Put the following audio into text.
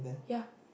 ya